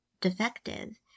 defective